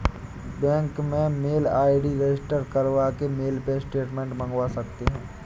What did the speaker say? bank में mail ID register करवा के मेल पे स्टेटमेंट मंगवा सकते है